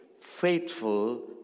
faithful